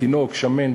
תינוק שמן,